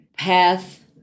path